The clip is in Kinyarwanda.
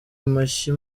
amashyi